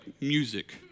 music